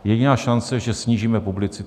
Jediná šance je, že snížíme publicitu.